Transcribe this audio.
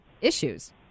issues